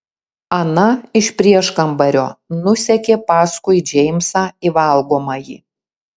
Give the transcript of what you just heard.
ana iš prieškambario nusekė paskui džeimsą į valgomąjį